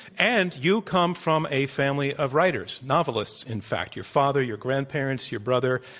and you come from a family of writers novelists, in fact. your father, your grandparents, your brother.